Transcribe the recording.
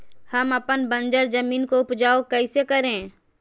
हम अपन बंजर जमीन को उपजाउ कैसे करे?